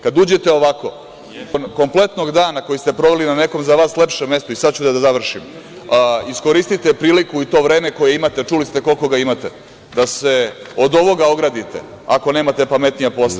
Kad uđete ovako, nakon kompletnog dana koji ste proveli na nekom za vas lepšem mestu, sad ću da završim, iskoristite priliku i to vreme koje imate, čuli ste koliko ga imate, da se od ovoga ogradite, ako nemate pametnija posla…